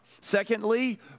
Secondly